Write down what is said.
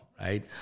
right